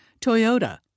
Toyota